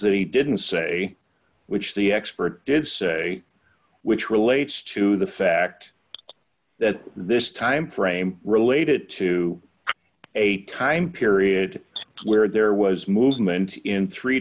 that he didn't say which the expert did say which relates to the fact that this time frame related to a time period where there was movement in three